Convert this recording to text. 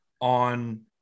on